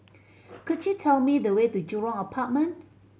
could you tell me the way to Jurong Apartment